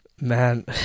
Man